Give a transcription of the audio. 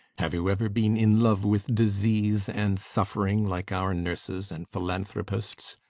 have you ever been in love with disease and suffering, like our nurses and philanthropists?